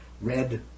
Red